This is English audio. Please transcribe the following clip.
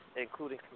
including